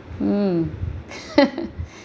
mm